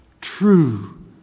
true